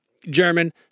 German